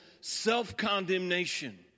self-condemnation